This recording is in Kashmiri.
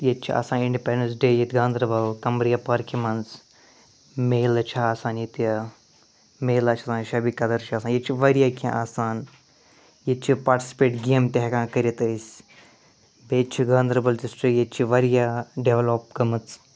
ییٚتہِ چھِ آسان اِنٛڈِپٮ۪نٕس ڈیٚے ییٚتہِ گانٛدَربَل کمرِیا پارکہِ منٛز میلہٕ چھُ آسان ییٚتہِ میلا چھُ آسان شَبِ قدر چھِ آسان ییٚتہِ چھِ واریاہ کیٚنٛہہ آسان ییٚتہِ چھِ پاٹِسِپیٹ گیٚمہٕ تہِ ہٮ۪کان کٔرِتھ أسۍ بیٚیہِ چھِ گانٛدَربَل ڈِسٹرک ییٚتہِ چھِ واریاہ ڈیٚولَپ گٲمٕژ